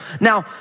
Now